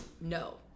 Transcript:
No